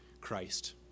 Christ